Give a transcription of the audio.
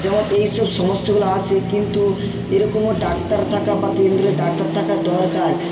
যেমন এই সব সমস্যাগুলো আসে কিন্তু এরকমও ডাক্তার থাকা বা কেন্দ্রে ডাক্তার থাকা দরকার